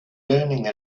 learning